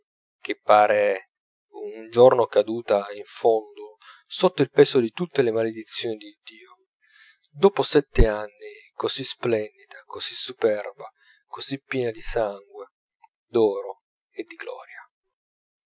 che parve un giorno caduta in fondo sotto il peso di tutte le maledizioni di dio dopo sette anni così splendida così superba così piena di sangue d'oro e di gloria